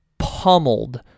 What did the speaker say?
pummeled